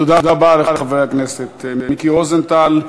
תודה רבה לחבר הכנסת מיקי רוזנטל.